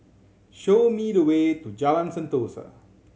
show me the way to Jalan Sentosa